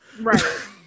Right